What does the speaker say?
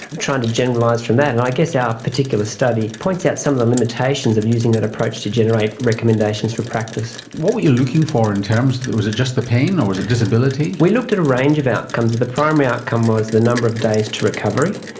trying to generalise from that. and i guess our particular study points out some of the limitations of using that approach to generate recommendations for practice. what were you looking for in terms of, was it just the pain, or was it disability? we looked at a range of outcomes, and the primary outcome was the number of days to recovery.